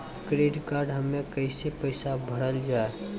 Credit card हम्मे कैसे पैसा भरल जाए?